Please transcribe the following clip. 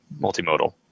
multimodal